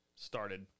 started